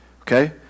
okay